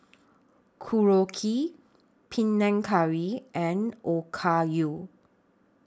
Korokke Panang Curry and Okayu